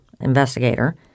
investigator